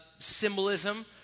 symbolism